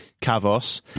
Kavos